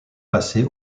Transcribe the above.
passer